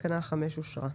תקנה 5 אושרה.